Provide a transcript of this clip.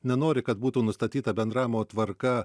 nenori kad būtų nustatyta bendravimo tvarka